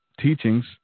teachings